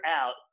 out